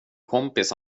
kompis